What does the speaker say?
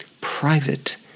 Private